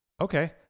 Okay